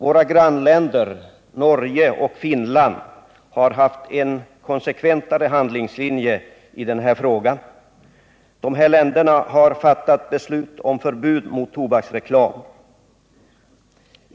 Våra grannländer Norge och Finland har haft en konsekventare handlingslinje i den här frågan. Dessa länder har fattat beslut om förbud mot tobaksreklam.